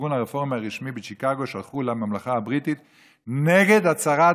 הארגון הרפורמי הרשמי בשיקגו שלחו לממלכה הבריטית נגד הצהרת